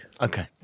Okay